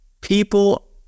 People